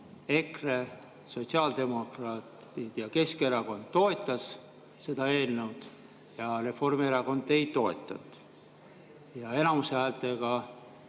EKRE, sotsiaaldemokraadid ja Keskerakond toetasid seda eelnõu ja Reformierakond ei toetanud? Ja enamushäältega